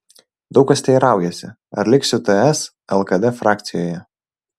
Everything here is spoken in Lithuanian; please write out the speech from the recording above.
daug kas teiraujasi ar liksiu ts lkd frakcijoje